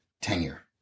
tenure